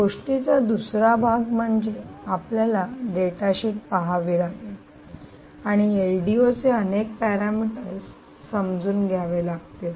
गोष्टीचा दुसरा भाग म्हणजे आपल्याला डेटा शीट पहावी लागेल आणि एलडीओ चे अनेक पॅरामीटर्स समजून घ्यावे लागतील